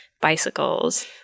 bicycles